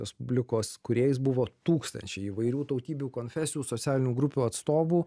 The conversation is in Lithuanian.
respublikos kūrėjais buvo tūkstančiai įvairių tautybių konfesijų socialinių grupių atstovų